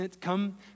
come